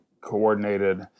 coordinated